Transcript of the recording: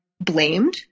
blamed